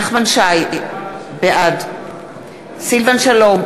נחמן שי, בעד סילבן שלום,